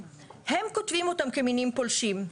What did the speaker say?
הם כותבים אותם כמינים פולשים.